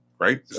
right